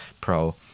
Pro